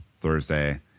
Thursday